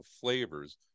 flavors